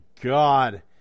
God